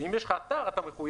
אם יש לך אתר, אתה מחויב.